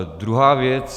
Druhá věc.